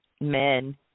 men